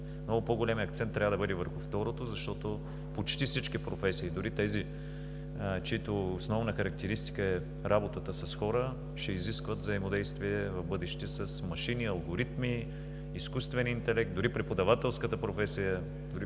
Много по-големият акцент трябва да бъде върху второто, защото почти всички професии, дори тези, чиято основна характеристика е работата с хора, ще изискват взаимодействие в бъдеще с машини, алгоритми, изкуствен интелект, дори преподавателската професия, преподавателите ще